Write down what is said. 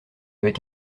avec